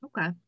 okay